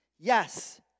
Yes